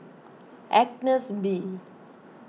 Agnes B